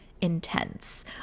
intense